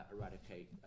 eradicate